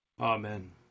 amen